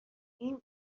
این